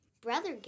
brother